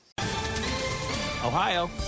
Ohio